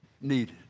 needed